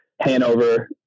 Hanover